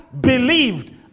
believed